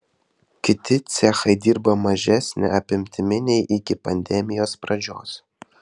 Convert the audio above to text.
kiti cechai dirba mažesne apimtimi nei iki pandemijos pradžios